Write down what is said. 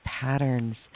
patterns